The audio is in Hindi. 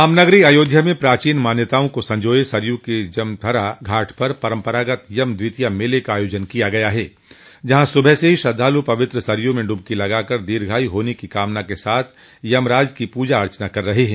रामनगरो अयोध्या में प्राचीन मान्यताओं को संजोये सरयू के जमथरा घाट पर परम्परागत यम द्वितीया मेले का आयोजन किया गया है जहां सुबह से ही श्रद्वालु पवित्र सरयू में डुबकी लगाकर दीर्घायु होने की कामना के साथ यमराज की पूजा अर्चना कर रहे हैं